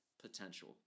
potential